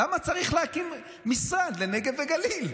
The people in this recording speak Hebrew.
למה צריך להקים משרד לנגב וגליל?